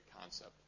concept